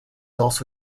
also